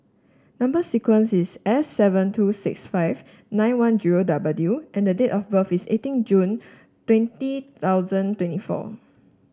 number sequence is S seven two six five nine one zero W and date of birth is eighteen June twenty thousand twenty four